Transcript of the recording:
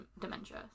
dementia